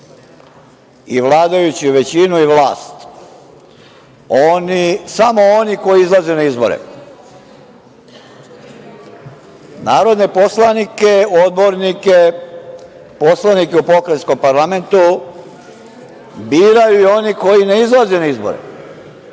i vladajuću većinu i vlast samo oni koji izlaze na izbore. Narodne poslanike, odbornike, poslanike u pokrajinskom parlamentu biraju i oni koji ne izlaze na izbore.